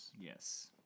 Yes